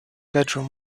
bedroom